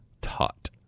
taught